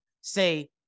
say